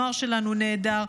הנוער שלנו נהדר,